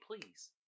please